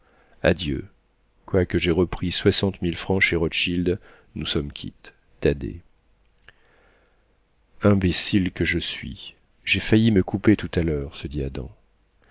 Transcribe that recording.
adieu quoique j'aie repris soixante mille francs chez rothschild nous sommes quittes thaddée imbécile que je suis j'ai failli me couper tout à l'heure se dit